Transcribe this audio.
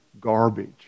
garbage